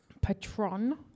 Patron